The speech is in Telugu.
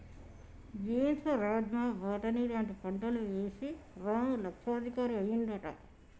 బీన్స్ రాజ్మా బాటని లాంటి పంటలు వేశి రాము లక్షాధికారి అయ్యిండట